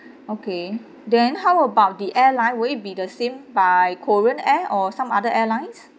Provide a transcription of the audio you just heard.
okay then how about the airline will it be the same by korean air or some other airlines